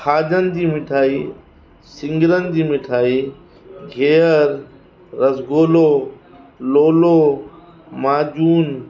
खाॼनि जी मिठाई सिङरनि जी मिठाई गिहर रसगुलो लोलो माजून